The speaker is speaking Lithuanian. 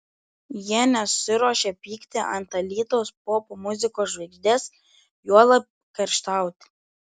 jie nesiruošia pykti ant alytaus popmuzikos žvaigždės juolab kerštauti